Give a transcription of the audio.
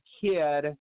kid